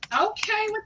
okay